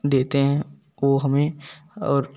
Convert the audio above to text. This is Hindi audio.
देते है वो हमें और